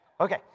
Okay